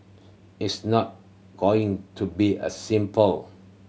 it's not going to be a simple